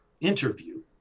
interview